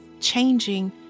changing